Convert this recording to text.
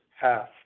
half